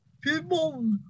people